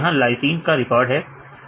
यहां LYS का record है